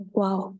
Wow